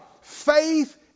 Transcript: Faith